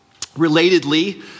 relatedly